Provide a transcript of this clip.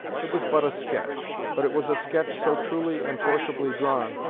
it was but a sketch but it was a sketch so truly and forcibly drawn,